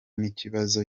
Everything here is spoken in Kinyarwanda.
n’ikibazo